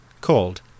called